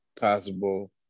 possible